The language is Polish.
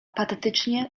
patetycznie